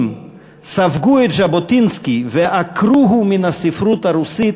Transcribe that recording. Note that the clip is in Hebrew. ספגו את ז'בוטינסקי ועקרוהו מן הספרות הרוסית,